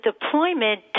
deployment